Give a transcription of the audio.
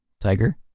Tiger